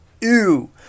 Ew